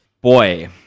Boy